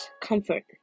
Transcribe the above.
comfort